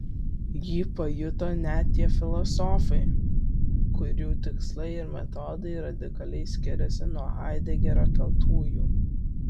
jį pajuto net tie filosofai kurių tikslai ir metodai radikaliai skiriasi nuo haidegerio keltųjų